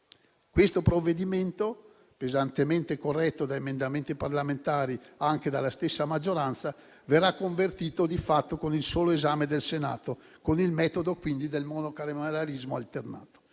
Il provvedimento in esame, pesantemente corretto da emendamenti parlamentari, anche della stessa maggioranza, verrà convertito di fatto con il solo esame del Senato, con il metodo quindi del monocameralismo alternato.